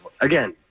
Again